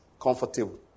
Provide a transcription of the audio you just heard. comfortable